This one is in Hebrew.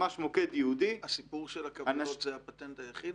ממש מוקד ייעודי --- הסיפור של הקבלות זה הפטנט היחיד?